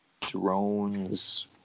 drones